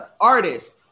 artist